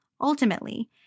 Ultimately